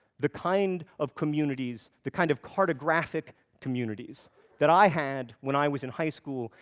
the kind of communities, the kind of cartographic communities that i had when i was in high school,